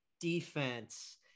defense